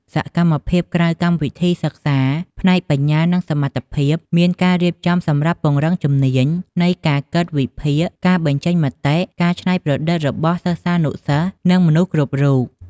សកម្មភាពក្រៅកម្មវិធីសិក្សាផ្នែកបញ្ញានិងសមត្ថភាព មានការរៀបចំសម្រាប់ពង្រឹងជំនាញនៃការគិត វិភាគ ការបញ្ចេញមតិ ការច្នៃប្រឌិតរបស់សិស្សានុសិស្ស និងមនុស្សគ្រប់រូប។